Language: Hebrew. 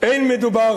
אין מדובר,